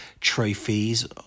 trophies